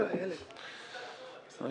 אני